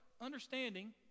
Understanding